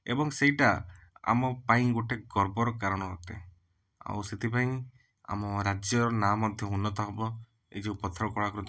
ଏବଂ ସେଇଟା ଆମ ପାଇଁ ଗୋଟେ ଗର୍ବର କାରଣ ଅଟେ ଆଉ ସେଥିପାଇଁ ଆମ ରାଜ୍ୟର ନା ମଧ୍ୟ ଉନ୍ନତ ହେବ ଏଇ ଯେଉଁ ପଥର କଳାକୃତି